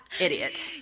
Idiot